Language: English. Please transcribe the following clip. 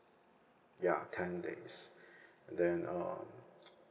ya ten days and then uh